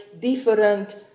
different